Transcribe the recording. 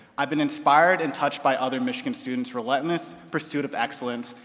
i've been inspired and touched by other michigan students' relentless pursuit of excellence,